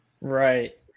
Right